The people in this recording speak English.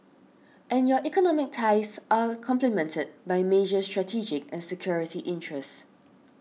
and your economic ties are complemented by major strategic and security interests